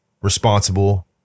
responsible